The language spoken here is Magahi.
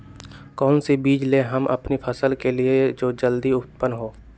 कौन सी बीज ले हम अपनी फसल के लिए जो जल्दी उत्पन हो?